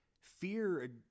fear